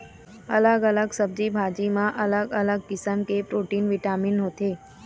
अलग अलग सब्जी भाजी म अलग अलग किसम के प्रोटीन, बिटामिन होथे